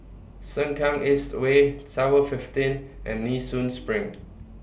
Sengkang East Way Tower fifteen and Nee Soon SPRING